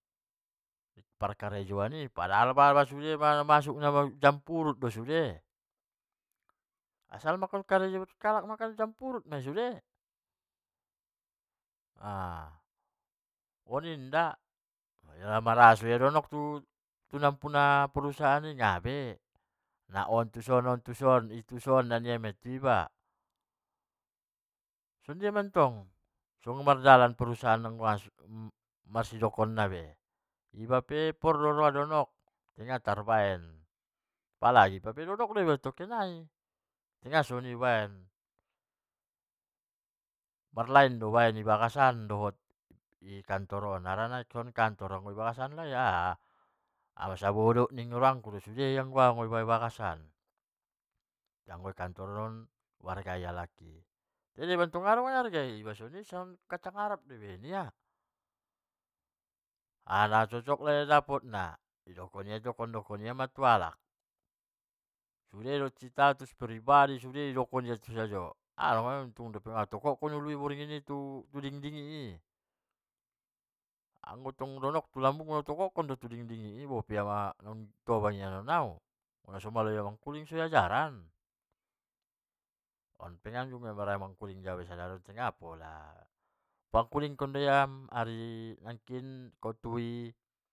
Aha tarsongon ia pala ro. magiot managatur sajo giot nia, idongkon pe naron inda na ra toke nai percaya tu iba. na un percaya an do ia tu na onan, dung do masuk amantai sar-sar ma parkarejoan sude, bahat ma peraturan, peraturan on tu son sude na di etongkon i tu karejoan i tarsongon aek tu bondar i do, aek tu aek leng i do cuman peraturan martambah, margotti halak na margotti peraturan, tai karejo lek i. ido salahna pala son nda songon najolo, bahat pe peraturan di parkarejoan niba najolo margotti do sude, nahum isajo, on isajodo ibarat di angakt di palua di angkat di palua na ing sajo do, loja iba songoni, loja iba sude iba doma mangkarejohon alai puna.